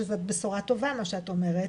שזה בשורה טובה מה שאת אומרת,